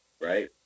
right